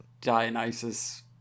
Dionysus